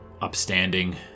upstanding